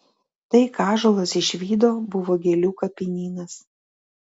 tai ką ąžuolas išvydo buvo gėlių kapinynas